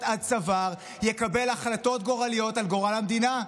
עד צוואר יקבל החלטות גורליות על גורל המדינה.